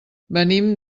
venim